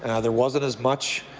and there wasn't as much.